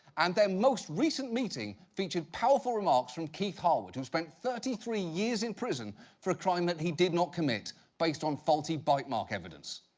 and their most recent meeting, featured powerful remarks from keith harward, who spent thirty three years in prison for a crime that he did not commit based on faulty bite mark evidence.